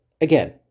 again